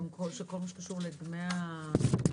גם כל מה שקשור לדמי האבטלה,